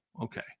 Okay